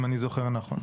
אם אני זוכר נכון.